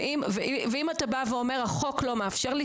אם אתה בא ואומר "החוק לא מאפשר לי",